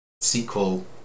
sequel